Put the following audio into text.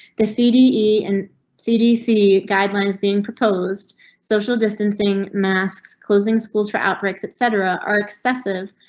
the cd e and cdc guidelines being proposed social distancing masks, closing schools for outbreaks etc are excessive.